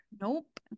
Nope